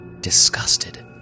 disgusted